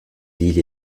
l’île